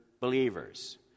believers